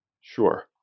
Sure